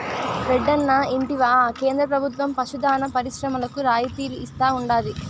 రెడ్డన్నా ఇంటివా కేంద్ర ప్రభుత్వం పశు దాణా పరిశ్రమలకు రాయితీలు ఇస్తా ఉండాది